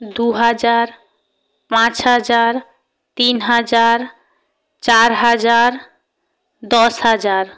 দু হাজার পাঁচ হাজার তিন হাজার চার হাজার দশ হাজার